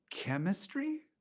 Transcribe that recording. chemistry?